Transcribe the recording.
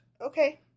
Okay